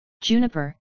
Juniper